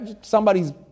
somebody's